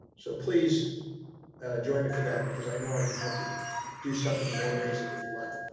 so please join me for that because i know i can help you do something and more amazing with your life.